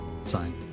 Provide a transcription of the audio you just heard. sign